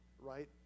right